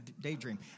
daydream